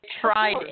tried